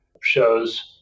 shows